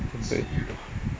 对不对